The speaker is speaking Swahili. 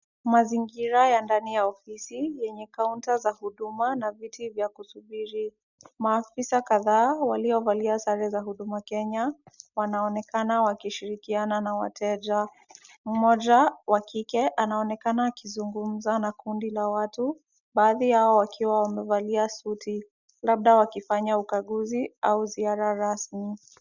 Mazingira ya ndani ya ofisi yenye kaunta za huduma na viti vya kusubiri. Maafisa kadhaa waliovalia sare za huduma Kenya, wanaonekana wakishirikiana na wateja. Mmoja wa kike anaonekana akizungumza na kundi la watu, baadhi yao wakiwa wamevalia suti, labda wakifanya ukaguzi au ziara rasmi.